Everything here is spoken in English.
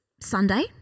Sunday